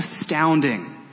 astounding